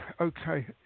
Okay